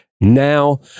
now